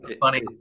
funny